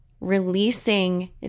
releasing